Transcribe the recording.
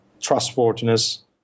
trustworthiness